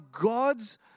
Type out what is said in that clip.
God's